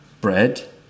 bread